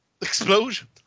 explosion